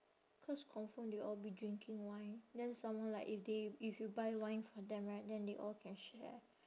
cause confirm they'll all be drinking wine then some more like if they if you buy wine for them right then they all can share